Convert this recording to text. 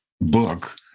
book